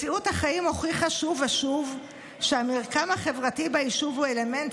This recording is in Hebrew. מציאות החיים הוכיחה שוב ושוב שהמרקם החברתי ביישוב הוא אלמנט